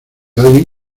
alguien